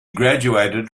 graduated